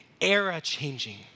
era-changing